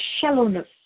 shallowness